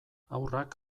haurrak